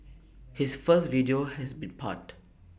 his first video has been panned